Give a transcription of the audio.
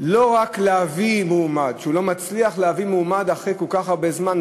לא רק להביא מועמד אחרי כל כך הרבה זמן,